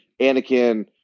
anakin